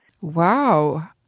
Wow